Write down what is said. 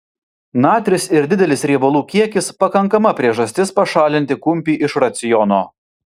natris ir didelis riebalų kiekis pakankama priežastis pašalinti kumpį iš raciono